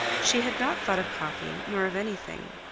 she had not thought of coffee nor of anything.